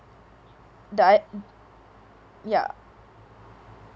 the ei~ ya